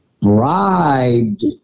bribed